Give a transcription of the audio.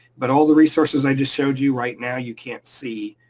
but all the resources i just showed you right now, you can't see.